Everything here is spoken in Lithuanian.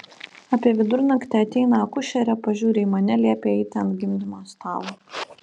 apie vidurnaktį ateina akušerė pažiūri į mane liepia eiti ant gimdymo stalo